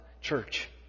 church